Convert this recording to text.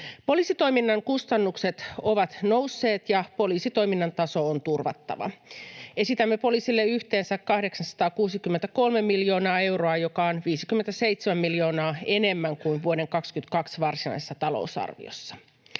Poliisitoiminnan kustannukset ovat nousseet, ja poliisitoiminnan taso on turvattava. Esitämme poliisille yhteensä 863 miljoonaa euroa, mikä on 57 miljoonaa enemmän kuin vuoden 22 varsinaisessa talousarviossa.